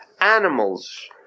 animals